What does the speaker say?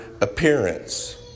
appearance